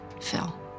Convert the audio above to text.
Phil